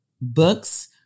books